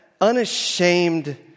unashamed